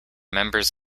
members